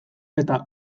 eta